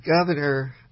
Governor